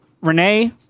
Renee